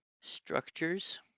structures